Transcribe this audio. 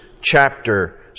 chapter